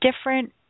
different